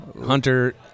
Hunter